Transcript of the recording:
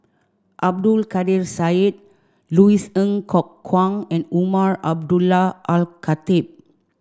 Abdul Kadir Syed Louis Ng Kok Kwang and Umar Abdullah Al Khatib